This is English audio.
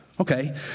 Okay